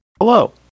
hello